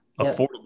affordable